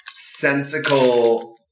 sensical